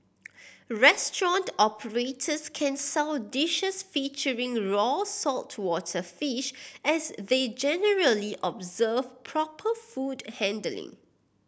restaurant operators can sell dishes featuring raw saltwater fish as they generally observe proper food handling